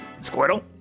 Squirtle